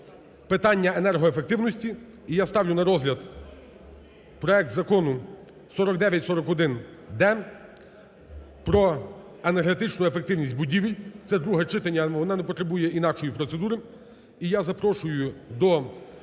питання енергоефективності. І я ставлю на розгляд проект Закону 4941-д: про енергетичну ефективність будівель. Це друге читання, воно не потребує інакшої процедури.